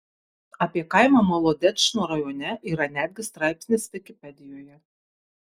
apie kaimą molodečno rajone yra netgi straipsnis vikipedijoje